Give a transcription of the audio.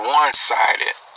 one-sided